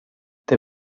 der